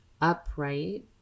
upright